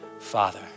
father